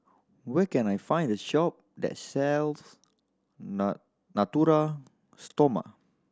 where can I find a shop that sells Natura Stoma